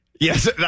Yes